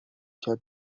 کمی